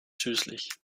süßlich